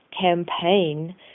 campaign